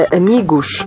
amigos